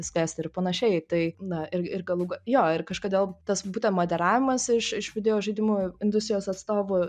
skęsti ir panašiai tai na ir ir galų jo ir kažkodėl tas būten moderavimas iš iš videožaidimų industrijos atstovų